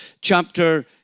chapter